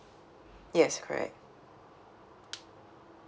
yes correct